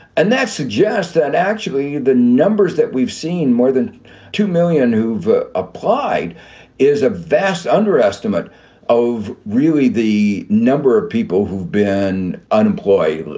and that suggests that actually the numbers that we've seen, more than two million who've ah applied is a vast underestimate of really the number of people who've been unemployed,